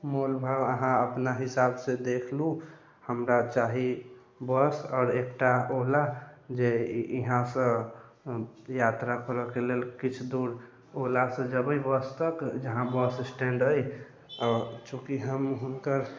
मोल भाव अहाँ अपना हिसाबसँ देख लू हमरा चाही बस आओर एकटा ओला जे इहाँसँ यात्रा करऽके लेल किछ दूर ओलासँ जेबै बस तक जहाँ बस स्टैंड अइ आओर चूँकि हम हुनकर